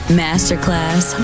masterclass